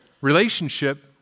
relationship